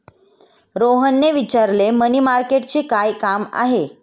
रोहनने विचारले, मनी मार्केटचे काय काम आहे?